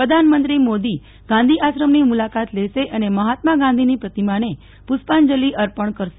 પ્રધાનમંત્રી મોદી ગાંધી આશ્રમની મુલાકાત લેશે અને મહાત્મા ગાંધીની પ્રતિમાને પુષ્પાંજલિ અર્પણ કરશે